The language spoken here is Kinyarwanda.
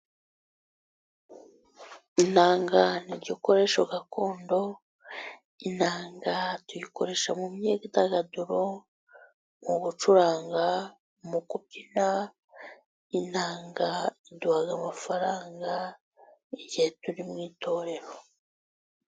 Inanga igikoresho gakondo, inanga tuyikoresha mu myidagaduro, mu gucuranga, mu kubyina. Inanga iduhaha amafaranga igihe turi mu itorero.